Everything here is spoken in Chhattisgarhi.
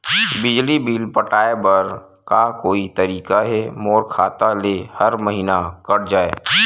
बिजली बिल पटाय बर का कोई तरीका हे मोर खाता ले हर महीना कट जाय?